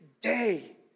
day